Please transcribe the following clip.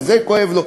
וזה כואב לו,